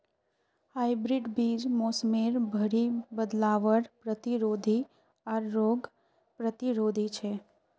hybrid बीज मोसमेर भरी बदलावर प्रतिरोधी आर रोग प्रतिरोधी छे